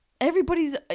Everybody's